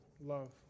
love